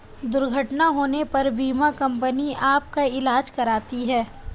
दुर्घटना होने पर बीमा कंपनी आपका ईलाज कराती है